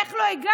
איך לא הגנת.